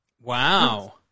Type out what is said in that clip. Wow